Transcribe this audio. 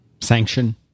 Sanction